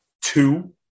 two